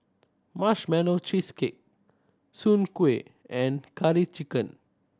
Marshmallow Cheesecake Soon Kueh and Curry Chicken